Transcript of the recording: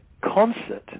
concert